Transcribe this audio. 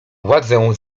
władzę